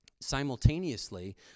Simultaneously